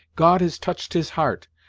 god has touched his heart,